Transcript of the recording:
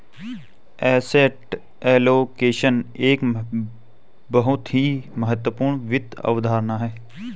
asset allocation एक बहुत ही महत्वपूर्ण वित्त अवधारणा है